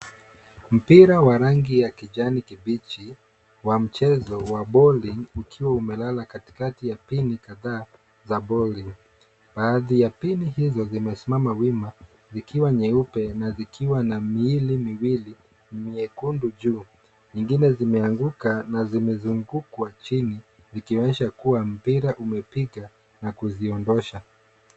Mpira wa rangi ya kijani kibichi wa mchezo wa boli, ukiwa umelala katikati ya pini kadhaa za boli. Baadhi ya pini hizo zimesimama wima, zikiwa nyeupe, na zikiwa na miili miwili myekundu juu. Nyingine zimeanguka na zimezungukwa chini, zikionyesha kua mpira umepiga na kuziondosha.